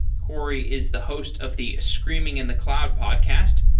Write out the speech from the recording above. corey is the host of the screaming in the cloud podcast,